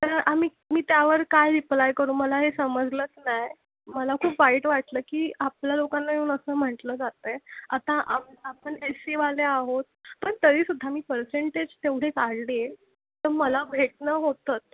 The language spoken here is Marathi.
तर आम्ही मी त्यावर काय रिप्लाय करू मला हे समजलंच नाही मला खूप वाईट वाटलं की आपल्या लोकांना येऊन असं म्हटलं जात आहे आता आ आपण एस सीवाले आहोत पण तरीसुद्धा मी पर्सेंटेज तेवढे काढले तर मला भेटणं होतंच